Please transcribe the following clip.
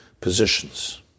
positions